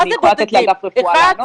אני יכולה לתת לאגף רפואה לענות.